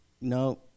no